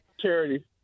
charity